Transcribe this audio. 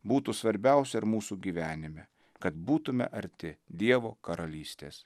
būtų svarbiausia ir mūsų gyvenime kad būtume arti dievo karalystės